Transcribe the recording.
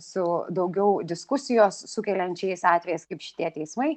su daugiau diskusijos sukeliančiais atvejais kaip šitie teismai